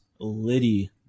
Liddy